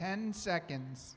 ten seconds